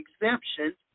exemption